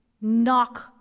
knock